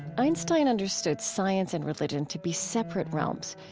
einstein understood science and religion to be separate realms,